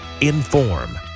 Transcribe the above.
Inform